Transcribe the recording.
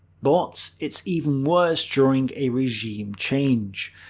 but it's even worse during a regime change.